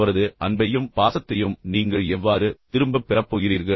அவரது அன்பையும் பாசத்தையும் நீங்கள் எவ்வாறு திரும்பப் பெறப் போகிறீர்கள்